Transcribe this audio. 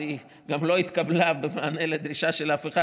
אז היא גם לא התקבלה במענה על דרישה של אף אחד,